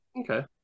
Okay